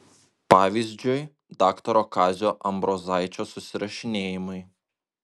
pavyzdžiui daktaro kazio ambrozaičio susirašinėjimai